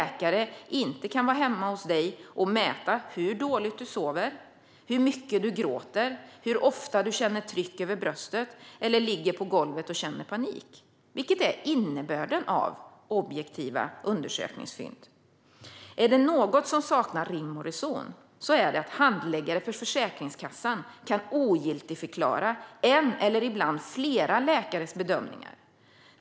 Läkare kan inte vara hemma hos en och mäta hur dåligt man sover, hur mycket man gråter, hur ofta man känner tryck över bröstet eller hur ofta man ligger på golvet och känner panik, vilket är innebörden av "objektiva undersökningsfynd". Är det något som saknar rim och reson är det att handläggare på Försäkringskassan kan ogiltigförklara en eller ibland flera läkares bedömningar.